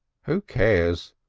who cares?